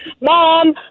mom